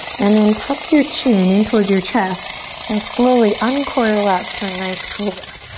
and then tuck your chin in towards your chest and slowly uncoil up to a nice cobra.